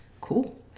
Cool